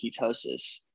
ketosis